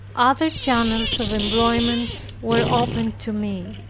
other channels of employment were opened to me.